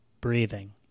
breathing